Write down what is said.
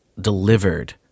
delivered